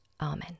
amen